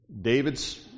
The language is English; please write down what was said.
David's